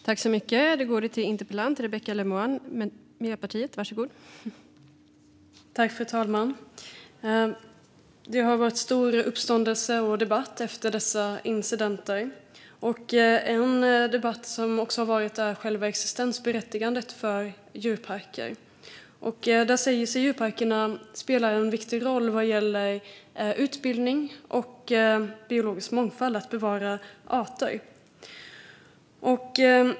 Fru talman! Det har varit stor uppståndelse och debatt efter dessa incidenter. En debatt gäller själva existensberättigandet för djurparker. Djurparkerna säger sig spela en viktig roll vad gäller utbildning och biologisk mångfald genom att bevara arter.